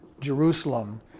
Jerusalem